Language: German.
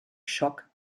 schock